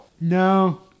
No